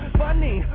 funny